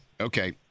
Okay